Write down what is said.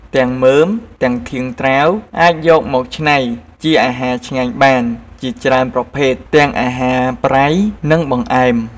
ទាំងមើម និងធាងត្រាវ អាចយកមកច្នៃជាអាហារឆ្ងាញ់បានជាច្រើនប្រភេទ ទាំងអាហារប្រៃ និងបង្អែម។